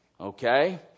Okay